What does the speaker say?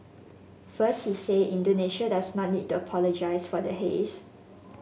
first he said Indonesia does not need to apologise for the haze